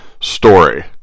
story